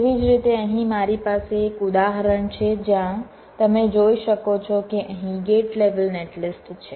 તેવી જ રીતે અહીં મારી પાસે એક ઉદાહરણ છે જ્યાં તમે જોઈ શકો છો કે અહીં ગેટ લેવલ નેટલિસ્ટ છે